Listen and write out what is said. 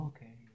Okay